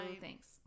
thanks